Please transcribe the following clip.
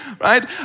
right